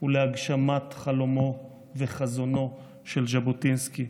ולהגשמת חלומה וחזונו של ז'בוטינסקי.